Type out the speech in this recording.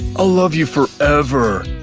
i'll love you forever!